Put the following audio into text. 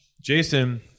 Jason